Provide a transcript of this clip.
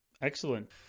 Excellent